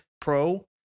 pro